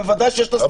בוודאי שיש לה זכויות.